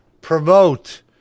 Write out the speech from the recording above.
promote